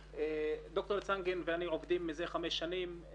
דוקטור צנגן ואני עובדים מזה חמש שנים.